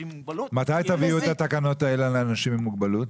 מתי תביאו את התקנות האלה על אנשים עם מוגבלות?